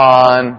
on